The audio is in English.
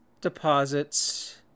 deposits